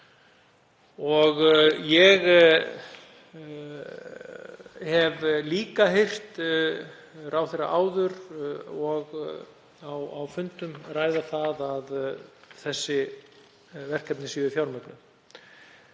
Ég hef líka heyrt ráðherra áður og á fundum ræða það að þessi verkefni væru fjármögnuð.